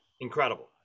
Incredible